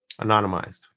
Anonymized